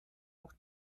auch